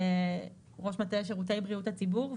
ראש מטה שירותי בריאות הציבור.